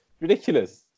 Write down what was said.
ridiculous